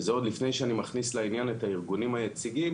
וזה עוד לפני שאני מכניס לעניין את הארגונים היציגים